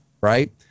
right